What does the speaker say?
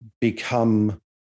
become